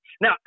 Now